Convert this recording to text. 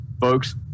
Folks